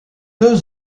deux